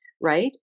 right